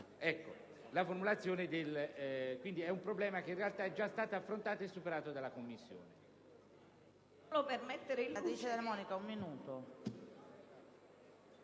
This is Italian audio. in oggetto. Quindi, è un problema che in realtà è già stato affrontato e superato dalla Commissione.